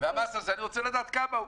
ואני רוצה לדעת כמה הוא,